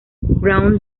brown